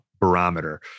barometer